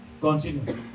Continue